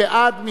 מי נגד?